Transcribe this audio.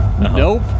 Nope